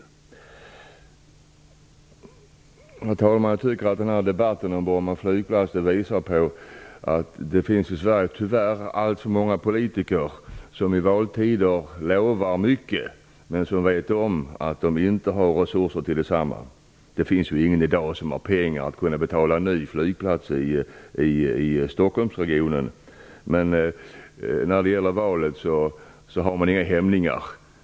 Herr talman! Jag tycker att debatten om Bromma flygplats visar att det tyvärr i Sverige finns alltför många politiker som i valtider lovar mycket, men som vet om att de inte har resurser till detsamma. Det finns ingen i dag som har pengar för att betala en ny flygplats i Stockholmsregionen. Men när det gäller valet har man inga hämningar.